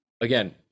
Again